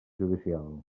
judicial